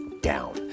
down